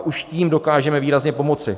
Už tím dokážeme výrazně pomoci.